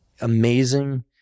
Amazing